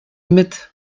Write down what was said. mit